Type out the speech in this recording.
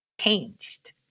changed